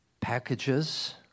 packages